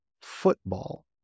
football